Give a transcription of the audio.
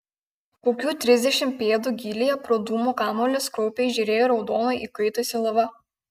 kokių trisdešimt pėdų gylyje pro dūmų kamuolius kraupiai žėrėjo raudonai įkaitusi lava